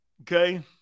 Okay